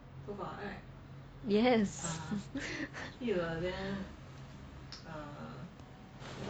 yes